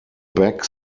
beck